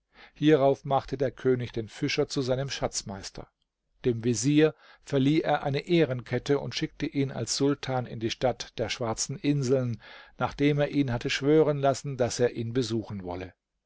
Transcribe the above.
hierauf machte der könig den fischer zu seinem schatzmeister dem vezier verlieh er eine ehrenkette und schickte ihn als sultan in die stadt der schwarzen inseln nachdem er ihn hatte schwören lassen daß er ihn besuchen wolle